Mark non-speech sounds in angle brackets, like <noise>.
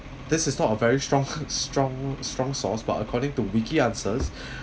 this is not a very strong <breath> strong strong source but according to wiki answers